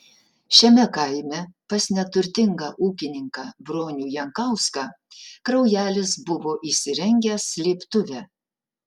šiame kaime pas neturtingą ūkininką bronių jankauską kraujelis buvo įsirengęs slėptuvę